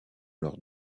leurs